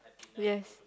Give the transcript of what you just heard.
yes